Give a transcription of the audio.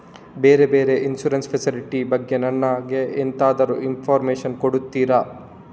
ಬೇರೆ ಬೇರೆ insurance facility ಬಗ್ಗೆ ನನಗೆ ಎಂತಾದ್ರೂ ಇನ್ಫೋರ್ಮೇಷನ್ ಕೊಡ್ತೀರಾ?